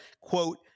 quote